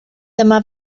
dyma